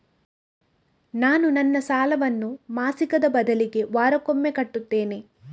ನಾನು ನನ್ನ ಸಾಲವನ್ನು ಮಾಸಿಕದ ಬದಲಿಗೆ ವಾರಕ್ಕೊಮ್ಮೆ ಕಟ್ಟುತ್ತೇನೆ